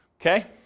okay